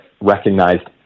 recognized